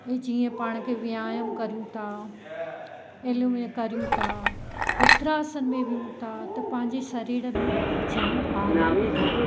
ऐं जीअं पाण खे व्यायाम कयूं था अनुलोम कयूं था वित्रासन में वियूं था त पंहिंजे शरीर में जाम आराम मिले थो